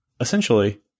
essentially